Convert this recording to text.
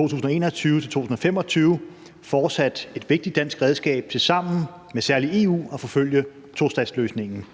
2021-2025 fortsat et vigtigt dansk redskab til sammen med særlig EU at forfølge tostatsløsningen.